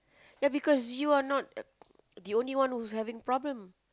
ya because you are not the only one who is having problem